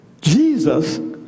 Jesus